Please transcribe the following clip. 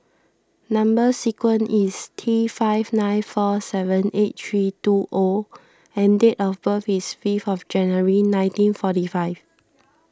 Number Sequence is T five nine four seven eight three two O and date of birth is fifth of January nineteen forty five